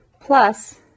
plus